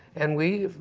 and we,